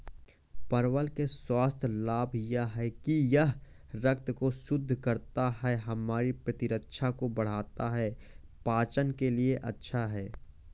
परवल के स्वास्थ्य लाभ यह हैं कि यह रक्त को शुद्ध करता है, हमारी प्रतिरक्षा को बढ़ाता है, पाचन के लिए अच्छा है